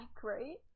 great